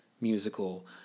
musical